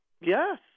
Yes